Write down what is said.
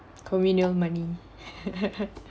convenient money